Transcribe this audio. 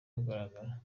ahagaragara